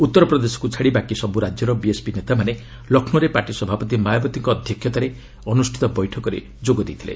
ଉତ୍ତର ପ୍ରଦେଶକୁ ଛାଡ଼ି ବାକି ସବୁ ରାଜ୍ୟରେ ବିଏସ୍ପି ନେତାମାନେ ଲକ୍ଷ୍ମୌରେ ପାର୍ଟି ସଭାପତି ମାୟାବତୀଙ୍କ ଅଧ୍ୟକ୍ଷତାରେ ଅନୁଷ୍ଠିତ ବୈଠକରେ ଯୋଗ ଦେଇଥିଲେ